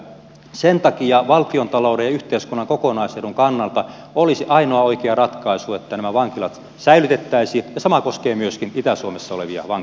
sen takia valtiontalouden ja yhteiskunnan kokonaisedun kannalta olisi ainoa oikea ratkaisu että nämä vankilat säilytettäisiin ja sama koskee myöskin itä suomessa olevia vankiloita